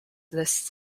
this